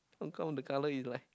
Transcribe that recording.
how come the colour is like